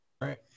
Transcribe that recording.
right